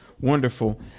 wonderful